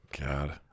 God